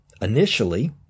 initially